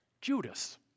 Judas